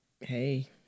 hey